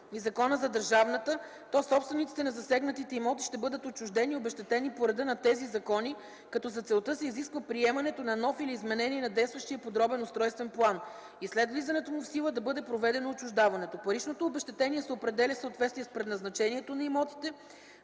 и Закона за държавната собственост, то собствениците на засегнатите имоти ще бъдат отчуждени и обезщетени по реда на тези закони, като за целта се изисква приемането на нов или изменение на действащия Подробен устройствен план и след влизането му в сила да бъде проведено отчуждаването. Паричното обезщетение се определя в съответствие с предназначението на имотите